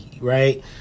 right